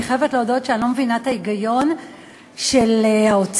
אני חייבת להודות שאני לא מבינה את ההיגיון של האוצר,